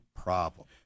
problem